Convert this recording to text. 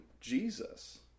Jesus